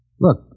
Look